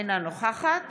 אינה נוכחת